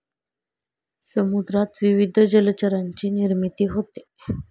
समुद्रात विविध जलचरांची निर्मिती होते